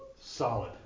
Solid